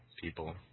people